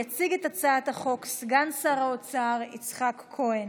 יציג את הצעת החוק סגן שר האוצר יצחק כהן.